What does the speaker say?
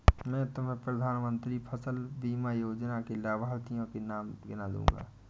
मैं तुम्हें प्रधानमंत्री फसल बीमा योजना के लाभार्थियों के नाम गिना दूँगा